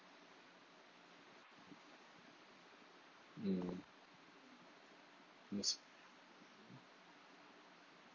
mm yes